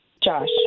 Josh